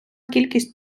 кількість